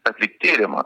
atlikt tyrimą